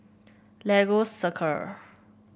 Lagos Circle